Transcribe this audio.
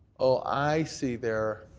oh, i see there.